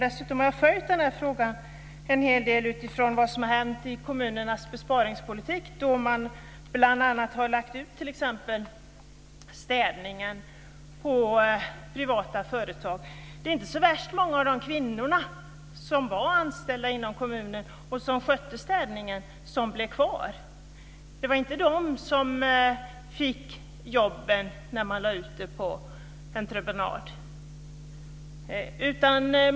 Dessutom har jag följt denna fråga en hel del utifrån vad som hänt i kommunernas besparingspolitik, då man bl.a. har lagt ut t.ex. städningen på privata företag. Det är inte så värst många av de kvinnor som var anställda inom kommunen och skötte städningen som blev kvar. Det var inte dessa kvinnor fick jobben när man lade ut det på entreprenad.